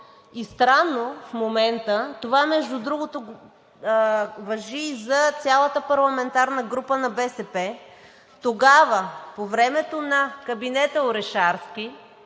И странно в момента – това, между другото, важи и за цялата парламентарна група на БСП – тогава по времето на кабинета Орешарски